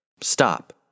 Stop